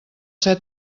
ser